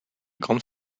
grande